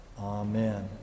Amen